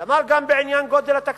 כנ"ל גם בעניין גודל התקציב,